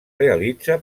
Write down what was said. realitza